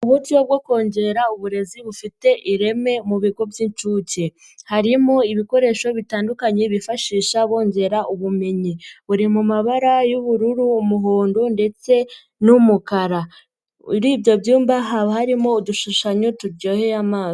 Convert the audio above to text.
Mu buryo bwo kongera uburezi bufite ireme mu bigo by'inshuke, harimo ibikoresho bitandukanye bifashisha bongera ubumenyi. Buri mu mabara y'ubururu, umuhondo ndetse n'umukara, muri ibyo byumba haba harimo udushushanyo turyoheye amaso.